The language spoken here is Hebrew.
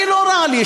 אני, לא רע לי.